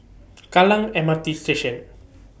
Kallang M R T Station